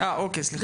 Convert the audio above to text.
אה אוקי סליחה.